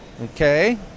okay